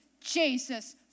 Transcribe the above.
Jesus